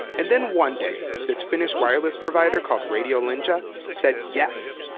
and then one day this finnish wireless provider called radiolinja said yes.